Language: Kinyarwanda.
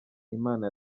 imana